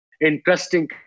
interesting